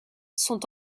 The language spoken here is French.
sont